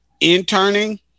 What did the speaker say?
Interning